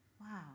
Wow